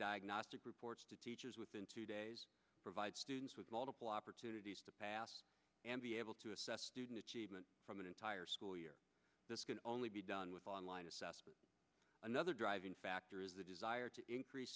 diagnostic reports to teachers within two days provide students with multiple opportunities to pass and be able to assess student achievement from an entire school year this can only be done with online assessment another driving factor is the desire to increase